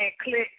click